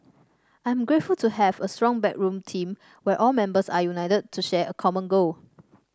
I'm grateful to have a strong backroom team where all members are united to share a common goal